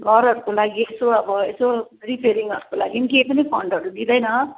घरहरूको लागि यसो अब यसो रिपेयरिङहरूको लागि केही पनि फन्डहरू दिँदैन